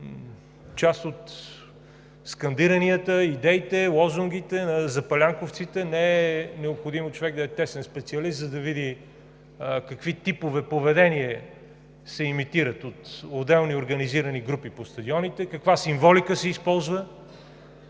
част от скандиранията, идеите, лозунгите на запалянковците, не е необходимо човек да е тесен специалист, за да види какви типове поведение се имитират от отделни организирани групи по стадионите, каква символика се използва.